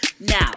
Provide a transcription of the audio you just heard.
Now